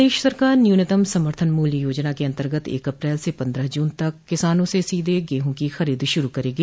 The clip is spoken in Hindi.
प्रदेश सरकार न्यूनतम समर्थन मूल्य योजना के अंतर्गत एक अप्रैल से पन्द्रह जून तक किसानों से सीधे गेहूं की खरीद शुरू करेगी